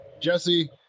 Jesse